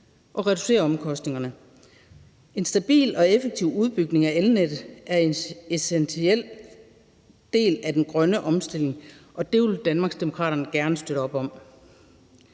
og reducere omkostningerne. En stabil og effektiv udbygning af elnettet er en essentiel del af den grønne omstilling, og det vil Danmarksdemokraterne gerne støtte op om.